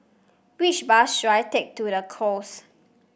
which bus should I take to The Knolls